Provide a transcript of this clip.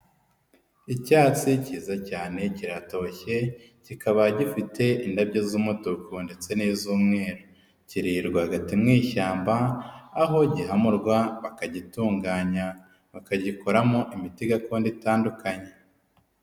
Icyatsi cyiza cyane kiratoshye, kikaba gifite indabyo z'umutuku ndetse n'iz'umweru, cyereye rwagati mu ishyamba, aho gihamurwa bakagitunganya bakagikoramo imiti gakondo itandukanye.